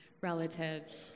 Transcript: relatives